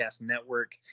Network